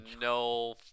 no